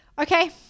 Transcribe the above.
Okay